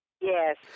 Yes